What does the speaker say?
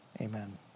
Amen